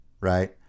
right